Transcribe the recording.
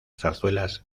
zarzuelas